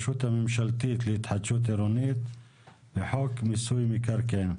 הממשלתית להתחדשות עירונית וחוק מיסוי מקרקעין.